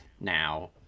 now